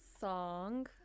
song